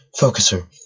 focuser